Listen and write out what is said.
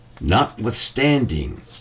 Notwithstanding